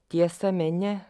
tiesa mene